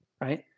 right